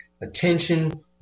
attention